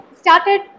started